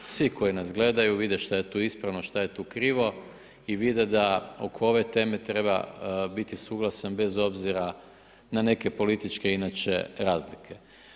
Svi koji nas gledaju, vide šta je tu ispravno, šta je tu krivo i vide da oko ove teme treba biti suglasan bez obzira na neke političke razlike.